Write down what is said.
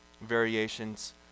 variations